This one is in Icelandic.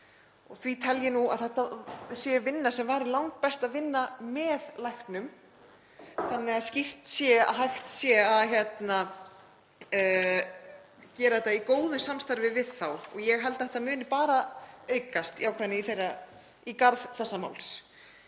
Því tel ég að þetta sé vinna sem væri langbest að vinna með læknum þannig að skýrt sé að hægt sé að gera þetta í góðu samstarfi við þá. Ég held að jákvæðni þeirra muni bara aukast í garð þessa máls.